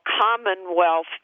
Commonwealth